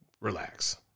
relax